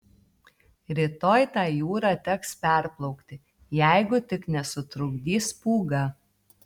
rytoj tą jūrą teks perplaukti jeigu tik nesutrukdys pūga